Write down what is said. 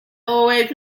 always